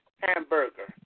hamburger